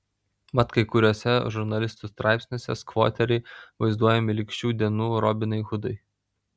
mat kai kuriuose žurnalistų straipsniuose skvoteriai vaizduojami lyg šių dienų robinai hudai